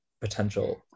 potential